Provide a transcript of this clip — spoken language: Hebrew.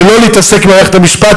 ולא להתעסק במערכת המשפט,